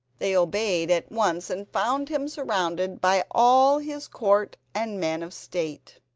they obeyed at once and found him surrounded by all his court and men of state.